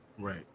Right